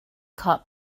caught